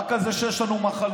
רק על זה שיש לנו מחלות.